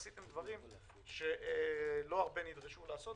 עשיתם דברים שלא הרבה נדרשו לעשות,